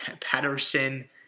Patterson